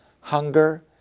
hunger